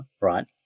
right